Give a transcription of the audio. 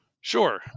Sure